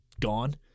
gone